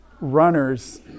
runners